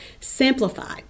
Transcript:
simplify